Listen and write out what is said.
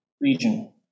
region